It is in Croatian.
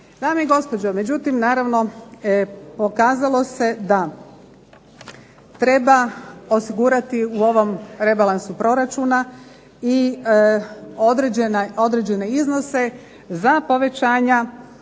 Dame i gospođo, međutim naravno pokazalo se da treba osigurati u ovom rebalansu proračuna i određene iznose za povećanja